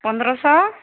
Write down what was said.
ପନ୍ଦର ଶହ